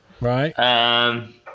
Right